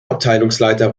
abteilungsleiter